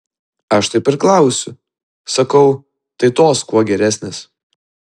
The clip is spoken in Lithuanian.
aš taip ir klausiu sakau tai tos kuo geresnės